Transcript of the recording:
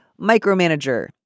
micromanager